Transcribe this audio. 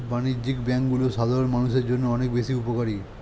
বাণিজ্যিক ব্যাংকগুলো সাধারণ মানুষের জন্য অনেক বেশি উপকারী